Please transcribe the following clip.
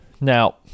Now